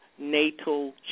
Natal